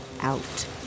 out